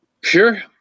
Sure